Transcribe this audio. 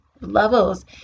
levels